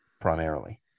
primarily